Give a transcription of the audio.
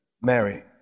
Mary